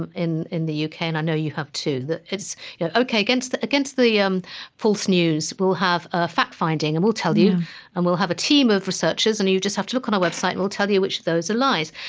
in in the u k, and i know you have, too, that it's yeah ok, against the against the um false news we'll have ah fact-finding, and we'll tell you and we'll have a team of researchers, and you you just have to look on our website, and we'll tell you which of those are lies.